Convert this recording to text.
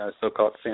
so-called